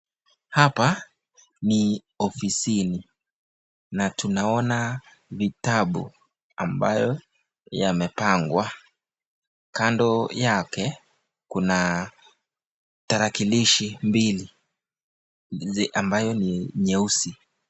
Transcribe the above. Hapa ni ofisini na tunaona vitabu ambayo yamepangwa. Kando yake kuna tarakilishi mbili ambayo ni nyeusi.